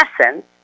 essence